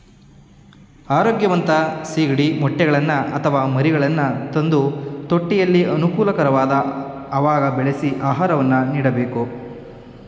ಆರೋಗ್ಯವಂತ ಸಿಗಡಿ ಮೊಟ್ಟೆಗಳನ್ನು ಅಥವಾ ಮರಿಗಳನ್ನು ತಂದು ತೊಟ್ಟಿಯಲ್ಲಿ ಅನುಕೂಲಕರವಾದ ಅವಾಗ ಬೆಳೆಸಿ ಆಹಾರವನ್ನು ನೀಡಬೇಕು